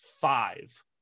five